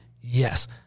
Yes